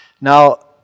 Now